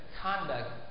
conduct